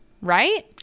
right